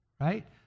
right